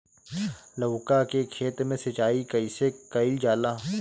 लउका के खेत मे सिचाई कईसे कइल जाला?